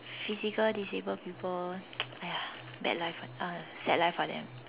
physical disabled people !aiya! bad life uh sad life for them